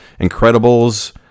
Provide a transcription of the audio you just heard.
Incredibles